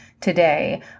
today